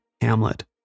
Hamlet